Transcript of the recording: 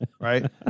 right